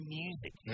music